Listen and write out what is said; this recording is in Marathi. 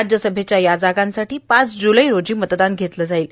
राज्यसभेच्या या जागांसाठी पाच ज्लै रोजी मतदान घेतलं जाईल